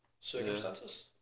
circumstances